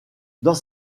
dans